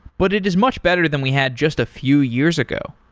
but it is much better than we had just a few years ago.